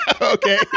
Okay